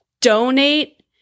donate